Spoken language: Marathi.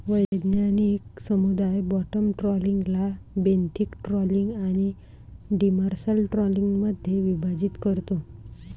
वैज्ञानिक समुदाय बॉटम ट्रॉलिंगला बेंथिक ट्रॉलिंग आणि डिमर्सल ट्रॉलिंगमध्ये विभाजित करतो